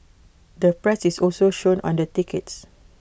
the price is also shown on the tickets